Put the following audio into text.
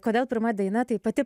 kodėl pirma daina taip pati